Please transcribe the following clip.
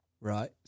Right